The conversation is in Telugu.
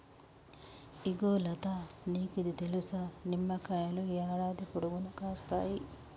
ఇగో లతా నీకిది తెలుసా, నిమ్మకాయలు యాడాది పొడుగునా కాస్తాయి